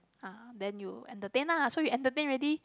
uh then you entertain lah so you entertain already